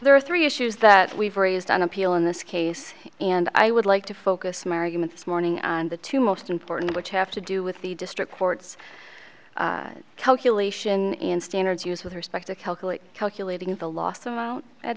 there are three issues that we've raised on appeal in this case and i would like to focus my argument this morning and the two most important which have to do with the district courts calculation in standards used with respect to calculate calculating the loss amount at